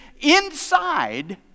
inside